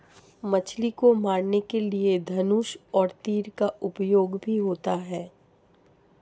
मछली को मारने के लिए धनुष और तीर का उपयोग भी होता है